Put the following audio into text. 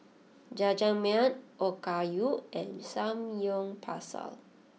Jajangmyeon Okayu and Samgyeopsal